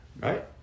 Right